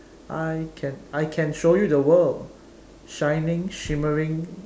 I can I can show you the world shining shimmering